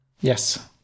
Yes